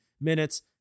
minutes